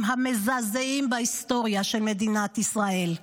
המזעזעים בהיסטוריה של מדינת ישראל,